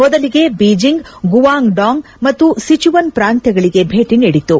ಮೊದಲಿಗೆ Beijing Guangdong ಮತ್ತು Sichuan ಪ್ರಾಂತ್ಯಗಳಿಗೆ ಭೇಟಿ ನೀಡಿತು